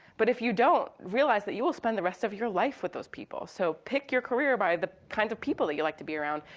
but if you don't, realize that you'll spend the rest of your life with those people. so pick your career by the kinds of people that you like to be around.